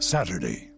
Saturday